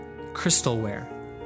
crystalware